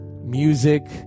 music